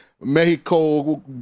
Mexico